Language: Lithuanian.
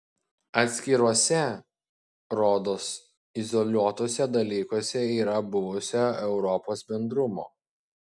atskiruose rodos izoliuotuose dalykuose yra buvusio europos bendrumo